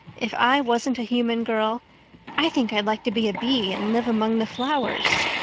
if i wasn't a human girl i think i'd like to be a bee and live among the flowers.